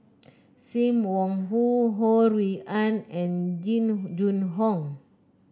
Sim Wong Hoo Ho Rui An and Jing Jun Hong